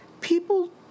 people